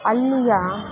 ಅಲ್ಲಿಯ